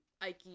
ike